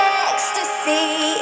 ecstasy